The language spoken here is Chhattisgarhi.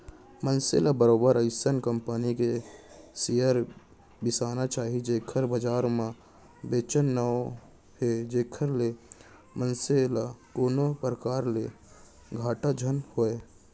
मनसे ल बरोबर अइसन कंपनी क सेयर बिसाना चाही जेखर बजार म बनेच नांव हे जेखर ले मनसे ल कोनो परकार ले घाटा झन होवय